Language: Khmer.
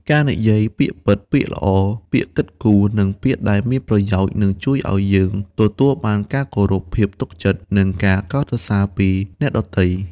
ការនិយាយពាក្យពិត ពាក្យល្អ ពាក្យគិតគូរ និងពាក្យដែលមានប្រយោជន៍ នឹងជួយឱ្យយើងទទួលបានការគោរព ភាពទុកចិត្ត និងការកោតសរសើរពីអ្នកដទៃ។